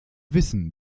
wissen